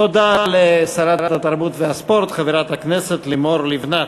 תודה לשרת התרבות והספורט חברת הכנסת לימור לבנת.